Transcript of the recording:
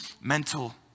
mental